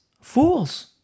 Fools